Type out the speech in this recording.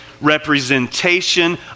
representation